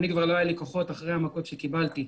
כבר לא היו לי כוחות אחרי המכות שקיבלתי,